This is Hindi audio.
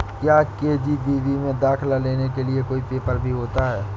क्या के.जी.बी.वी में दाखिला लेने के लिए कोई पेपर भी होता है?